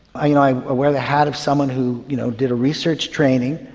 i wear the hat of someone who you know did a research training,